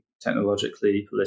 technologically